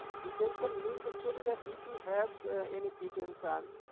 pretension means actually that if you have any pretension,